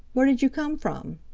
where did you come from?